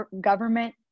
government